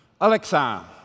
Alexa